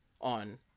on